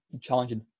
challenging